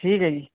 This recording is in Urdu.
ٹھیک ہے جی